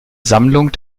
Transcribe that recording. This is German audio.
sammlung